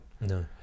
No